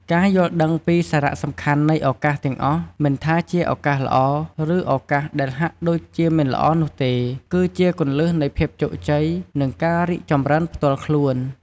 ការយល់ដឹងពីសារៈសំខាន់នៃឱកាសទាំងអស់ មិនថាជាឱកាសល្អ ឬឱកាសដែលហាក់ដូចជាមិនល្អនោះទេ គឺជា គន្លឹះនៃភាពជោគជ័យ និងការរីកចម្រើនផ្ទាល់ខ្លួន។